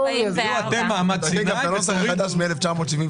זה נוסח חדש מ-1972.